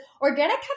organic